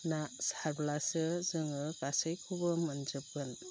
ना सारब्लासो जोङो गासैखौबो मोनजोबगोन